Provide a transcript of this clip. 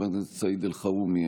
חבר הכנסת סעיד אלחרומי,